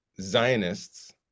zionists